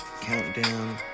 countdown